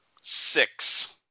six